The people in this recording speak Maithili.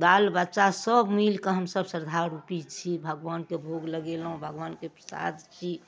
बाल बच्चा सब मिलके हमसब श्रद्धा रूपी छी भगबानके भोग लगेलहुँ भगबानके प्रसाद छी